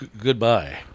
Goodbye